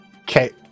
Okay